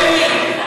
זה לא מה שאמרתי.